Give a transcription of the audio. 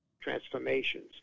transformations